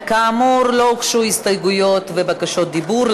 כאמור, לא הוגשו הסתייגויות ובקשות דיבור.